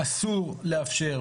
אסור לאפשר,